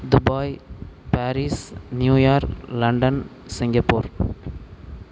Dubai Paris New York London Singapore